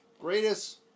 greatest